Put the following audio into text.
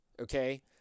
Okay